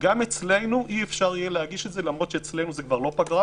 גם אצלנו אי-אפשר יהיה להגיש את זה למרות שאצלנו זה כבר לא פגרה